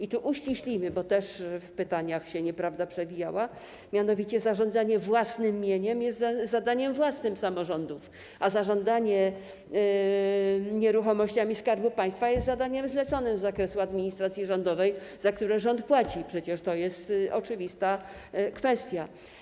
I uściślijmy, bo też w pytaniach przewijała się nieprawda, mianowicie: zarządzanie własnym mieniem jest zadaniem własnym samorządów, a zarządzanie nieruchomościami Skarbu Państwa jest zadaniem zleconym z zakresu administracji rządowej, za które rząd płaci - przecież to jest oczywista kwestia.